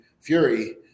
fury